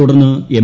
തുടർന്ന് എം